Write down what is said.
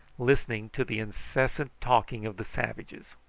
listening to the incessant talking of the savages.